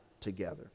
together